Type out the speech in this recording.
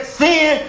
sin